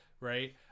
right